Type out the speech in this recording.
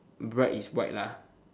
bride is white lah